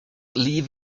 leave